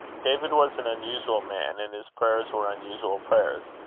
david was an unusual man, and his prayers were unusual prayers.